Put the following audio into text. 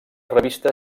revista